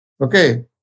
Okay